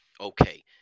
Okay